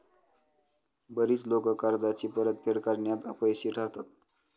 बरीच लोकं कर्जाची परतफेड करण्यात अपयशी ठरतात